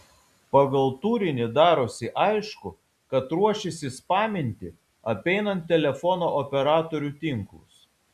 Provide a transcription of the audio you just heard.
pagal turinį darosi aišku kad ruošiasi spaminti apeinant telefono operatorių tinklus